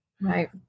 Right